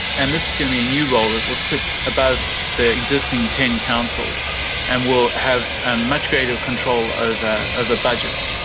and this is going to be a new role that will sit above the existing ten councils and will have a much greater control over budgets.